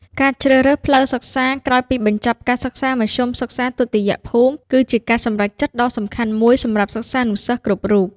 ការជ្រើសរើសផ្លូវសិក្សាក្រោយពីបញ្ចប់ការសិក្សាមធ្យមសិក្សាទុតិយភូមិ គឺជាការសម្រេចចិត្តដ៏សំខាន់មួយសម្រាប់សិស្សានុសិស្សគ្រប់រូប។